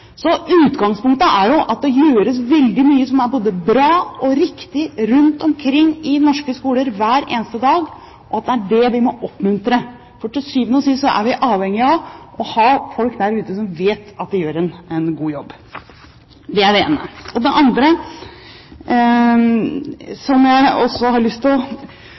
Så utgangspunktet er at det gjøres mye som er både bra og riktig rundt omkring i norske skoler hver eneste dag, og at det er det vi må oppmuntre. Til syvende og sist er vi avhengig av å ha folk der ute som vet at de gjør en god jobb. Det er det ene. Det andre jeg har lyst til å